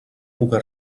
pogué